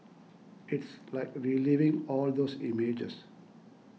it's like reliving all those images